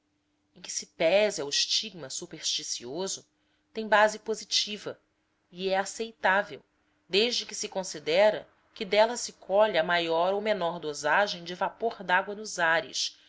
em que pese ao estigma supersticioso tem base positiva e é aceitável desde que se considere que dela se colhe a maior ou menor dosagem de vapor dágua nos ares